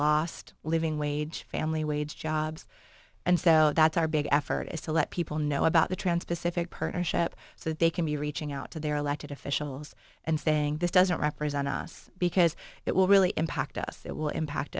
lost living wage family wage jobs and so that's a a big effort is to let people know about the trans pacific partnership so that they can be reaching out to their elected officials and saying this doesn't represent us because it will really impact us it will impact